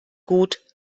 gut